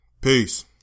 Peace